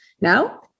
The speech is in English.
Now